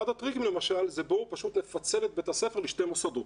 אחד הטריקים למשל זה לפצל את בית ספר לשני מוסדות.